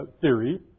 theory